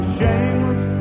shameless